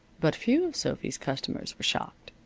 but few of sophy's customers were shocked.